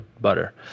butter